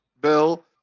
Bill